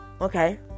Okay